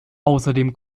außerdem